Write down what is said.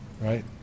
Right